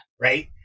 Right